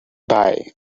bye